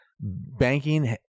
banking